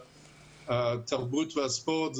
התרבות והספורט,